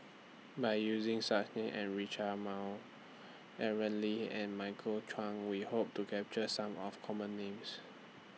By using Names such as Rita Chao Aaron Lee and Michael Chiang We Hope to capture Some of Common Names